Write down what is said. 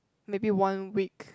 maybe one week